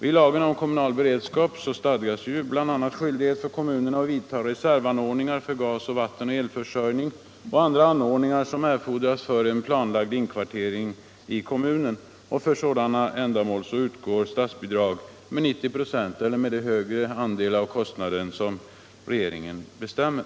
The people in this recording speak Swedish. I lagen om kommunal beredskap stadgas bl.a. skyldighet för kommunerna att vidta reservanordningar för gas-, vattenoch elektricitetsförsörjning samt de andra anordningar som erfordras för en planlagd inkvartering i kommunen. För sådana ändamål utgår statsbidrag med 90 26, eller med den högre andel av kostnaden som regeringen bestämmer.